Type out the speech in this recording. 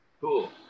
Cool